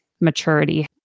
maturity